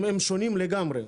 הם שונים לגמרי.